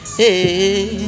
hey